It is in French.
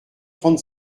trente